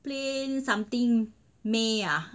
plain something mie ah